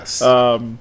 Yes